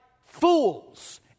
fools